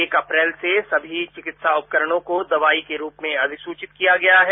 एक अप्रैल से सभी चिकित्सा उपकरणों को दवाई के रूप में अधिसुचित किया गया है